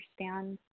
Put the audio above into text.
understand